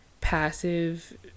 passive